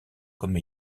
comme